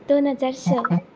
दोन हजार स